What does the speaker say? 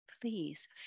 please